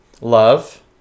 Love